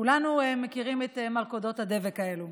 כולנו מכירים את מלכודות הדבק האלו.